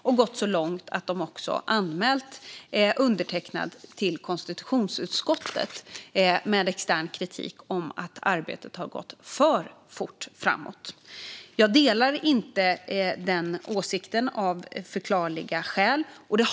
De har gått så långt att de också har anmält undertecknad till konstitutionsutskottet med extern kritik om att arbetet har gått för fort framåt. Jag delar inte den åsikten av förklarliga skäl.